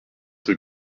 rue